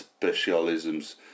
specialisms